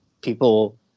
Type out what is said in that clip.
People